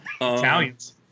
Italians